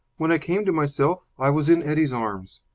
when i came to myself i was in eddie's arms.